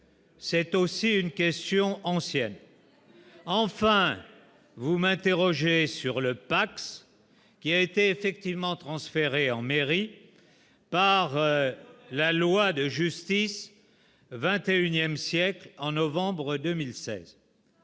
C'est aussi une question ancienne, enfin vous m'interrogez sur le Pacs qui a été effectivement transférés en mairie par la loi de justice 21ème siècle en novembre 2016.